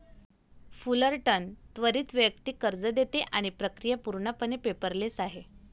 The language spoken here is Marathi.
फुलरटन त्वरित वैयक्तिक कर्ज देते आणि प्रक्रिया पूर्णपणे पेपरलेस आहे